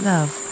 Love